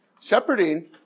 shepherding